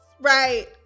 right